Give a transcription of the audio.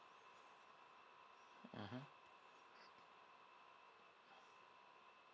mmhmm